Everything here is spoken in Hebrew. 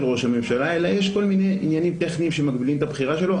ראש הממשלה אלא יש כל מיני עניינים טכניים שמגבילים את הבחירה שלו.